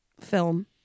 film